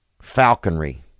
Falconry